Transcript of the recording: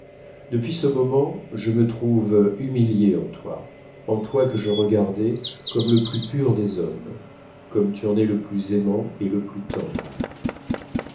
depuis ce moment je me trouve humiliée en toi en toi que je regardais comme le plus pur des hommes comme tu en es le plus aimant et le plus tendre